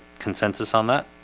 consensus on that.